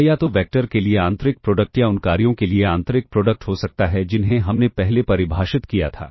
यह या तो वेक्टर के लिए आंतरिक प्रोडक्ट या उन कार्यों के लिए आंतरिक प्रोडक्ट हो सकता है जिन्हें हमने पहले परिभाषित किया था